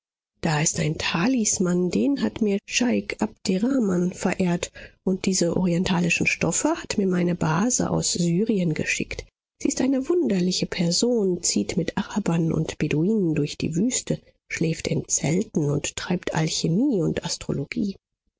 da ist ein talisman den hat mir scheik abderrahman verehrt und diese orientalischen stoffe hat mir meine base aus syrien geschickt sie ist eine wunderliche person zieht mit arabern und beduinen durch die wüste schläft in zelten und treibt alchimie und astrologie